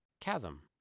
Chasm